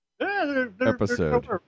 episode